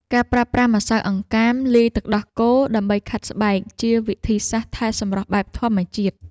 ការប្រើប្រាស់ម្សៅអង្កាមលាយទឹកដោះគោដើម្បីខាត់ស្បែក ជាវិធីសាស្ត្រថែសម្រស់បែបធម្មជាតិ។